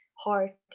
heart